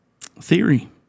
theory